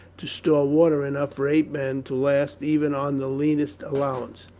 to store water enough for eight men, to last, even on the leanest allowance,